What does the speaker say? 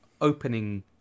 opening